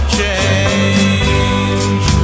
change